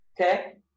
okay